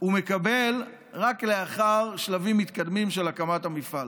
הוא מקבל רק לאחר שלבים מתקדמים של הקמת המפעל.